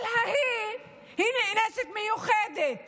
אבל ההיא, היא נאנסת מיוחדת